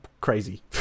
crazy